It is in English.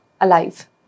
alive